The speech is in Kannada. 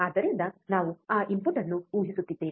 ಆದ್ದರಿಂದ ನಾವು ಆ ಇನ್ಪುಟ್ ಅನ್ನು ಊಹಿಸುತ್ತಿದ್ದೇವೆ